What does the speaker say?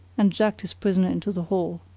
and jerked his prisoner into the hall.